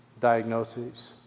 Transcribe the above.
diagnoses